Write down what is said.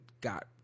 got